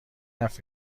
حرف